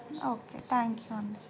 okay thank you అండి